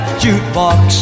jukebox